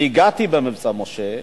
אני הגעתי ב"מבצע משה"